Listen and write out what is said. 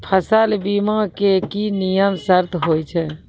फसल बीमा के की नियम सर्त होय छै?